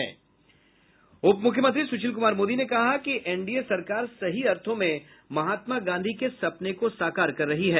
उपमुख्यमंत्री सुशील कुमार मोदी ने कहा कि एनडीए सरकार सही अर्थो में महात्मा गांधी के सपने को साकार कर ही है